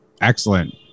Excellent